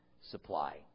supply